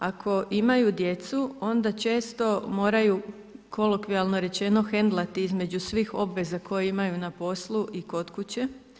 Ako imaju djecu onda često moraju kolokvijalno rečeno hendlati između svih obveza koje imaju na poslu i kod kuće.